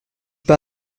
pas